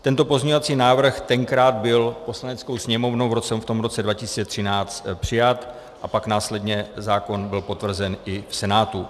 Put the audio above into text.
Tento pozměňovací návrh tenkrát byl Poslaneckou sněmovnou v tom roce 2013 přijat a pak následně zákon byl potvrzen i v Senátu.